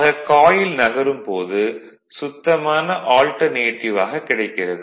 ஆக காயில் நகரும் போது சுத்தமான ஆல்டர்னேடிவ் ஆக கிடைக்கிறது